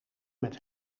met